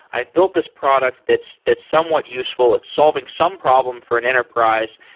i've built this product that's that's somewhat useful. it's solving some problem for an enterprise.